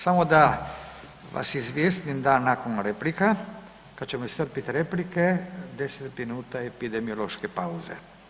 Samo da vas izvijestim da nakon replika, kad ćemo iscrpiti replike, 10 minuta epidemiološke pauze.